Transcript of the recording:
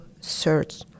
search